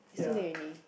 it's too late already